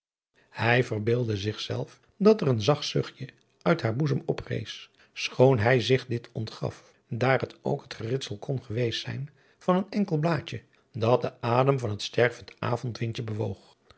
verbeeldde zich zelf dat er een zacht zuchtje uit haar boezem oprees adriaan loosjes pzn het leven van hillegonda buisman schoon hij zich dit ontgaf daar het ook het geritsel kon geweest zijn van een enkel blaadje dat de adem van het stervend avondwindje bewoog